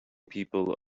people